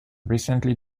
recently